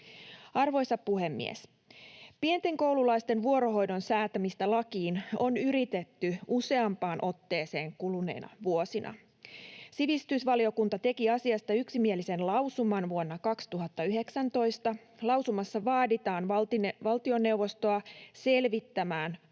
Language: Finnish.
Arvoisa puhemies! Pienten koululaisten vuorohoidon säätämistä lakiin on yritetty useampaan otteeseen kuluneina vuosina. Sivistysvaliokunta teki asiasta yksimielisen lausuman vuonna 2019. Lausumassa vaaditaan valtioneuvostoa selvittämään kuluvan